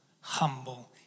humble